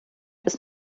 bis